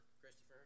Christopher